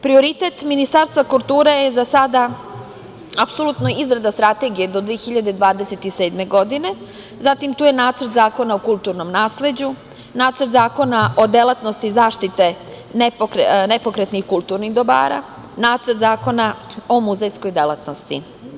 Prioritet Ministarstva kulture je za sada apsolutno izrada strategije do 2027. godine, zatim tu je Nacrt zakona o kulturnom nasleđu, Nacrt zakona o delatnosti zaštite nepokretnih kulturnih dobara, Nacrt zakona o muzejskoj delatnosti.